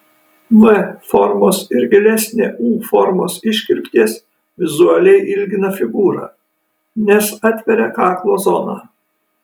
v formos ir gilesnė u formos iškirptės vizualiai ilgina figūrą nes atveria kaklo zoną